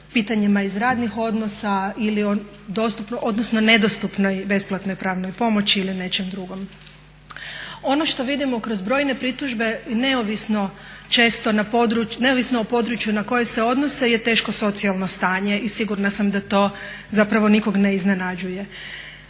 pitanjima iz radnih odnosa ili o dostupnoj odnosno nedostupnoj pravnoj pomoći ili nečemu drugom. Ono što vidimo kroz brojne pritužbe neovisno o području na koje se odnosi je teško socijalno stanje i sigurna sam da to zapravo nikog ne iznenađuje.